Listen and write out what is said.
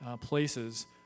places